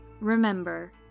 Remember